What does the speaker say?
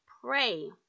pray